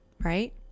right